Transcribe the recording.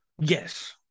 Yes